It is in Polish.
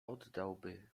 oddałby